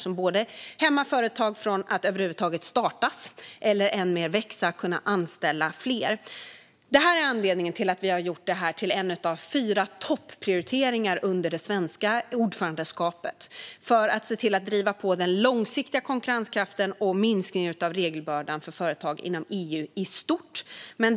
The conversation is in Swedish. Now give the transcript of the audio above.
Denna börda hindrar företag att över huvud taget startas och hindrar företag från att växa och kunna anställa fler. Detta är anledningen till att vi har gjort det till en av fyra topprioriteringar under det svenska ordförandeskapet att driva på för den långsiktiga konkurrenskraften och en minskning av regelbördan för företag inom EU i stort.